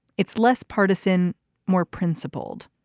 it's less partisan more principled.